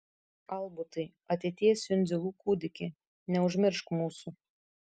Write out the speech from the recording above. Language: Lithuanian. albutai ateities jundzilų kūdiki neužmiršk mūsų